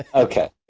ah okay.